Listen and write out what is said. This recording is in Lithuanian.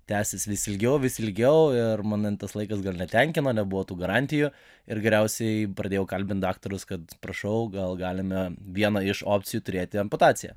tęsis vis ilgiau vis ilgiau ir momentas laikas gal netenkino buvo tų garantijų ir galiausiai pradėjau kalbint daktarus kad prašau gal galime vieną iš opcijų turėti amputaciją